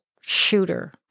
shooter